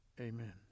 Amen